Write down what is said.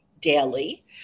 daily